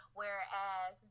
whereas